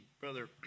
Brother